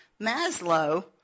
Maslow